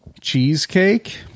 Cheesecake